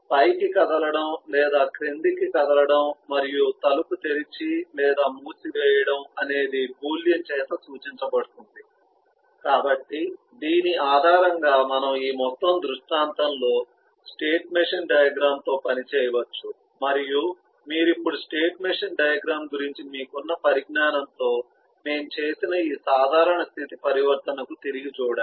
పైకి కదలడం లేదా క్రిందికి కదలడం మరియు తలుపు తెరిచి లేదా మూసివేయడం అనేది బూలియన్ చేత సూచించబడుతుంది కాబట్టి దీని ఆధారంగా మనము ఈ మొత్తం దృష్టాంతంలో స్టేట్ మెషిన్ డయాగ్రమ్ తో పని చేయవచ్చు మరియు మీరు ఇప్పుడు స్టేట్ మెషిన్ డయాగ్రమ్ గురించి మీకున్న పరిజ్ఞానంతో మేము చేసిన ఈ సాధారణ స్థితి పరివర్తనకు తిరిగి చూడండి